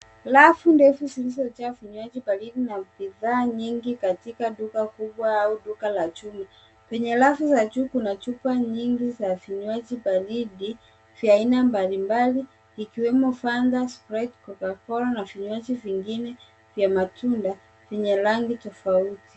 Rafu ndefu zilizojaa vinywaji baridi na bidhaa nyingi katika duka kubwa au duka la jumla. Kwenye rafu za juu, kuna chupa nyingi za vinywaji baridi vya aina mbalimbali ikiwemo Fanta, Sprite, Coca-Cola na vinywaji vingine vya matunda vyenye rangi tofauti.